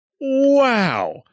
Wow